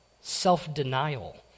self-denial